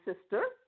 sister